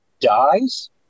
dies